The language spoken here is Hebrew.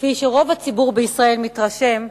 כפי שרוב הציבור בישראל מתרשם,